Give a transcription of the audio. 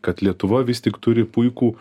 kad lietuva vis tik turi puikų